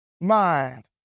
mind